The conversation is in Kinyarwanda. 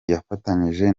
yafatanyije